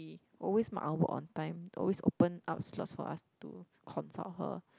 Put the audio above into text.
she always mark our work on time always open up slots for us to consult her